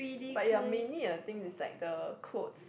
but it may need a thing with like the clothes